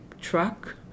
truck